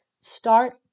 start